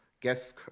guest